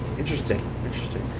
interesting. interesting.